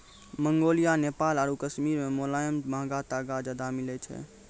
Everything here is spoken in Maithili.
मंगोलिया, नेपाल आरु कश्मीरो मे मोलायम महंगा तागा ज्यादा मिलै छै